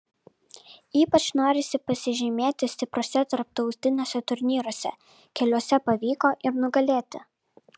ypač norisi pasižymėti stipriuose tarptautiniuose turnyruose keliuose pavyko ir nugalėti